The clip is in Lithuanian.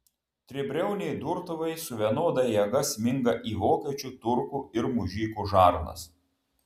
tribriauniai durtuvai su vienoda jėga sminga į vokiečių turkų ir mužikų žarnas